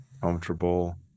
comfortable